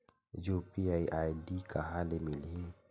UPI ID कहां ले मिलही?